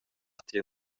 tier